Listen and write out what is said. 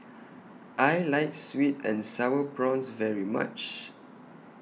I like Sweet and Sour Prawns very much